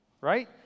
right